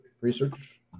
Research